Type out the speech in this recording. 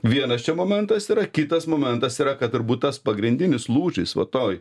vienas čia momentas yra kitas momentas yra kad turbūt tas pagrindinis lūžis va toj